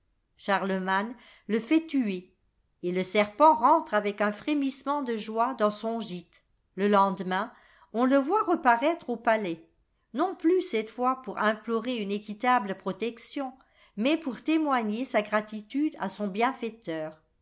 charlemagne le fait tuer et le serpent rentre avec un frémissement de joie dans son gîte le lendemain on le voit reparaître au palais non plus cette fois pour implorer une équitable protection mais pour témoigner sa gratitude à son bienfaiteur